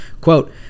Quote